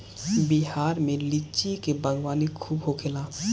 बिहार में लीची के बागवानी खूब होखेला